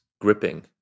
gripping